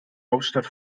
hauptstadt